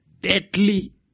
deadly